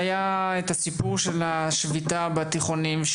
שהיה את הסיפור של השביתה בתיכונים.